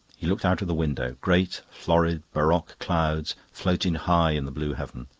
he looked out of the window. great florid baroque clouds floated high in the blue heaven.